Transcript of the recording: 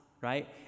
right